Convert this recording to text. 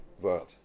world